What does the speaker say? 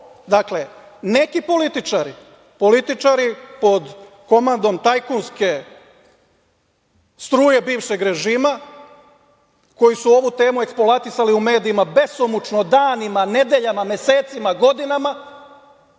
dakle, neki političari, političari pod komandom tajkunske struje bivšeg režima koji su ovu temu eksploatisali u medijima besomučno, danima, nedeljama, mesecima, godinama,